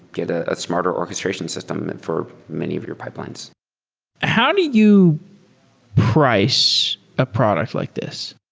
get a smarter orchestration system for many of your pipelines how do you price a product like this?